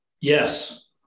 Yes